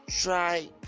try